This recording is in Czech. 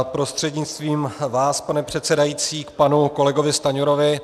Prostřednictvím vás, pane předsedající, k panu kolegovi Stanjurovi.